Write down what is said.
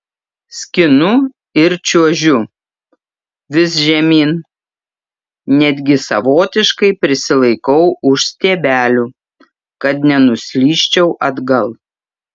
skinu ir čiuožiu vis žemyn netgi savotiškai prisilaikau už stiebelių kad nenuslysčiau atgal